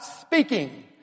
speaking